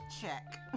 check